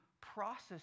process